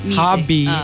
hobby